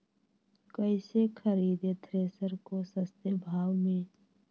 कैसे खरीदे थ्रेसर को सस्ते भाव में?